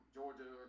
Georgia